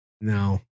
no